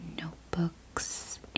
notebooks